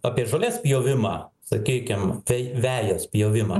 apie žolės pjovimą sakykim tai vejos pjovimą